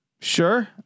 sure